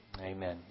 amen